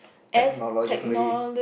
technologically